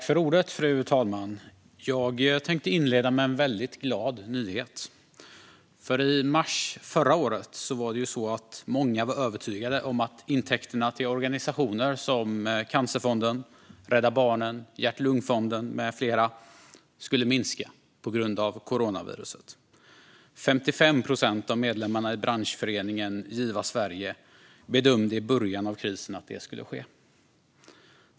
Fru talman! Jag tänkte inleda med en väldigt glad nyhet. I mars förra året var många övertygade om att intäkterna till organisationer som Cancerfonden, Rädda Barnen och Hjärt-Lungfonden med flera skulle minska på grund av coronaviruset. I början av krisen bedömde 55 procent av medlemmarna i branschföreningen Giva Sverige att detta skulle ske.